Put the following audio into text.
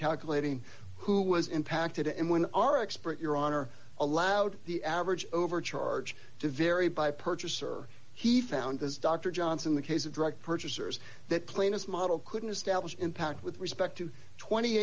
calculating who was impacted and when our expert your honor allowed the average over charge to vary by purchaser he found this dr johnson the case of drug purchasers that cleaners model couldn't establish impact with respect to twenty